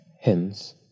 hence